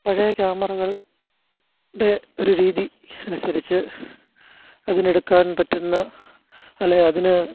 പഴയ ക്യാമറകളുടെ ഒരു രീതി അനുസരിച്ച് അതിനെടുക്കാൻ പറ്റുന്ന അല്ലേൽ അതിന്